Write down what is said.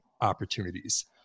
opportunities